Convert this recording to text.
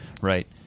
right